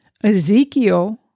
Ezekiel